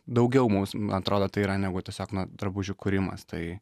daugiau mums man atrodo tai yra negu tiesiog nu drabužių kūrimas tai